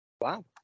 wow